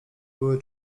były